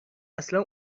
اصلا